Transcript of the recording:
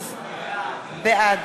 בעד